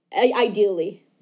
Ideally